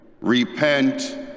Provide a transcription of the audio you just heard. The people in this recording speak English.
Repent